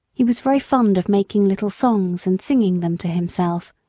he was very fond of making little songs, and singing them to himself.